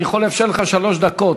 אני יכול לאפשר לך שלוש דקות,